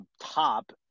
top